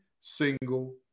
single